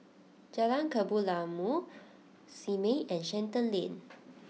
Jalan Kebun Limau Simei and Shenton Lane